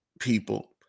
people